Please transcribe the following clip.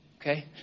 okay